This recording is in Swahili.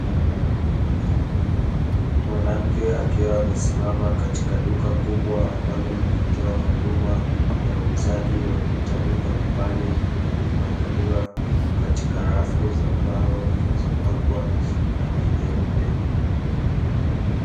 Mwanamke akiwa amesimama katika duka kubwa, ambalo linatoa huduma ya uuzaji wa vitabu mbalimabli, vilivyopangiliwa katika rafu za mbao zilizopakwa rangi nyeupe.